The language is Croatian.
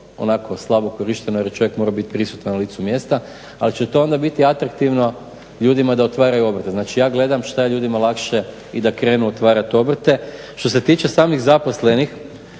onako slabo korišteno jer je čovjek morao biti na licu mjesta. Ali će to onda biti atraktivno ljudima da otvaraju obrte. Znači ja gledam šta je ljudima lakše i da krenu otvarati obrte. Što se tiče samih zaposlenih